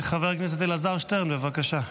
חבר הכנסת אלעזר שטרן, בבקשה.